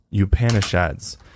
Upanishads